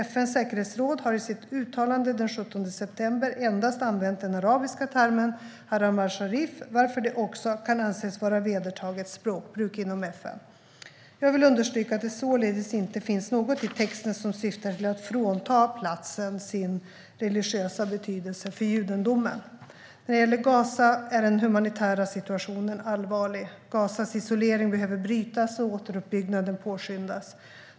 FN:s säkerhetsråd har i sitt uttalande den 17 september endast använt den arabiska termen Haram al-Sharif, varför det också kan anses vara vedertaget språkbruk inom FN. Jag vill understryka att det således inte finns något i texten som syftar till att frånta platsen sin religiösa betydelse för judendomen. När det gäller Gaza är den humanitära situationen allvarlig. Gazas isolering behöver brytas och återuppbyggnaden påskyndas.